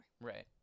Right